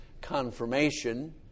confirmation